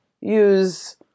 use